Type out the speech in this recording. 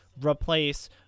replace